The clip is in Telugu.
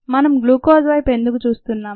మనం గ్లూకోజ్ వైపు ఎందుకు చూస్తున్నాం